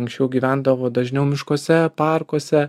anksčiau gyvendavo dažniau miškuose parkuose